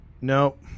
Nope